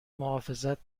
محافظت